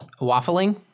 Waffling